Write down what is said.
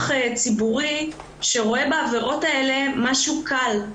ציבורי שרואה בעבירות האלה משהו קל.